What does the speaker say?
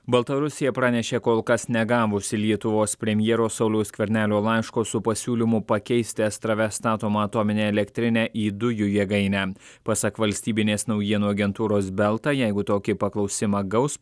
baltarusija pranešė kol kas negavusi lietuvos premjero sauliaus skvernelio laiško su pasiūlymu pakeisti astrave statomą atominę elektrinę į dujų jėgainę pasak valstybinės naujienų agentūros belta jeigu tokį paklausimą gaus